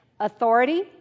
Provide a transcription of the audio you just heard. Authority